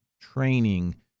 training